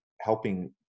helping